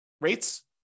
rates